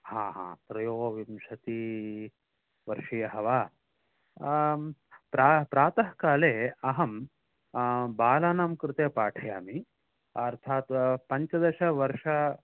हा हा त्रयोविंशति वर्षीयः वा आं प्रा प्रातः काले अहं बालानां कृते पाठयामि अर्थात् पञ्चदशवर्ष